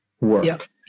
work